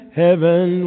heaven